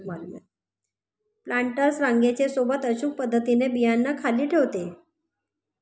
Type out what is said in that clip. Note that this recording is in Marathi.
प्लांटर्स रांगे सोबत अचूक पद्धतीने बियांना खाली ठेवते